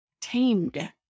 tamed